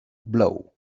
blow